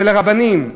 של הרבנים.